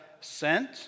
sent